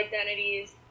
identities